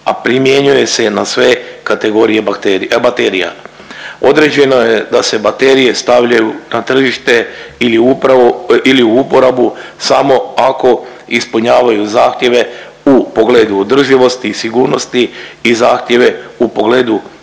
a primjenjuje se na sve kategorije baterija. Određeno je da se baterije stavljaju na tržište ili upravo ili u uporabu samo ako ispunjavaju zahtjeve u pogledu održivosti i sigurnosti i zahtjeve u pogledu